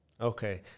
Okay